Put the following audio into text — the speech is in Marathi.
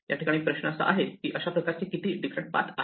याठिकाणी प्रश्न असा आहे की अशा प्रकारचे किती डिफरंट पाथ आहेत